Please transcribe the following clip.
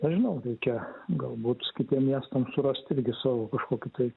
nežinau reikia galbūt kitiem miestam surast irgi savo kažkokį tai